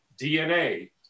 DNA